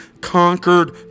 conquered